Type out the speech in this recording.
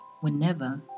whenever